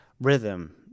rhythm